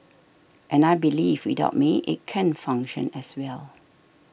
and I believe without me it can function as well